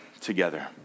together